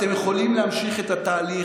אתם יכולים להמשיך את התהליך,